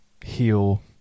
heal